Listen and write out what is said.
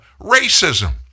racism